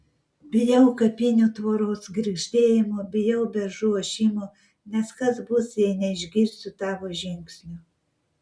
bijau kapinių tvoros girgždėjimo bijau beržų ošimo nes kas bus jei neišgirsiu tavo žingsnių